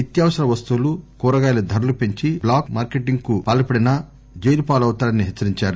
నిత్యావసర వస్తువులు కూరగాయల ధరలు పెంచి బ్లాక్ మార్కెటింగ్కు పాల్పడినా జైలు పాలవుతారని హెచ్చరించారు